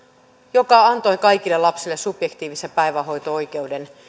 joka antoi kaikille lapsille subjektiivisen päivähoito oikeuden